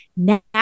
Now